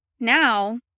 Now